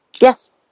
Yes